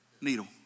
needle